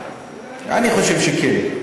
אולי, אני חושב שכן.